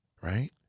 Right